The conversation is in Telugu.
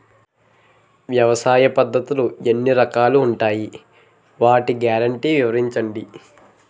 వ్యవసాయ పద్ధతులు ఎన్ని రకాలు ఉంటాయి? వాటి గ్యారంటీ వివరించండి?